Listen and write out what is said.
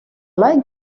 like